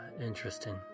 interesting